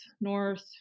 north